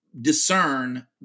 discern